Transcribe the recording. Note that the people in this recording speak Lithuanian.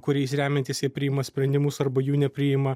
kuriais remiantis jie priima sprendimus arba jų nepriima